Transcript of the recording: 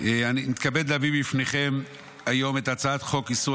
אני מתכבד להביא בפניכם היום את הצעת חוק איסור